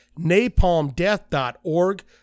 napalmdeath.org